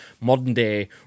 modern-day